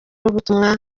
ubutumwa